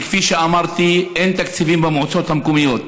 כי כפי שאמרתי, אין תקציבים במועצות המקומיות.